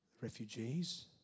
Refugees